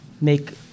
make